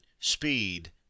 speed